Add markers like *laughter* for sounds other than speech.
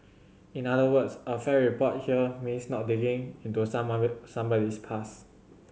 in other words a fair report here means not digging into *unintelligible* somebody's past